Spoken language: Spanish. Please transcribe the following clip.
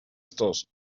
estos